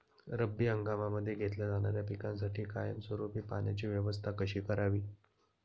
रब्बी हंगामामध्ये घेतल्या जाणाऱ्या पिकांसाठी कायमस्वरूपी पाण्याची व्यवस्था कशी करावी?